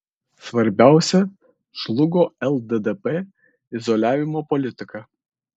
svarbiausia žlugo lddp izoliavimo politika